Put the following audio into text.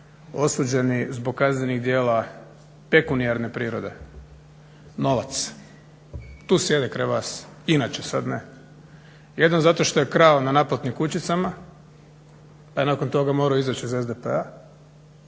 osuđeni zbog kaznenih djela pekunijarne prirode, novac. Tu sjede kraj vas inače, sad ne. Jedan zato što je krao na naplatnim kućicama pa je nakon toga morao izaći iz SDP-a,